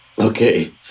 Okay